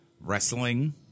wrestling